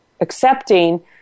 accepting